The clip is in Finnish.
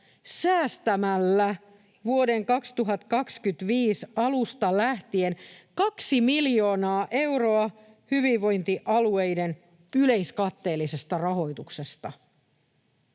säästämällä vuoden 2025 alusta lähtien kaksi miljoonaa euroa hyvinvointialueiden yleiskatteellisesta rahoituksesta.”